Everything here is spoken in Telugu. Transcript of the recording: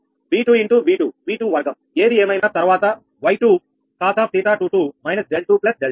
V2 V2 V2 వర్గం ఏది ఏమైనా తర్వాత Y2 cos𝜃22 − 𝛿2 𝛿2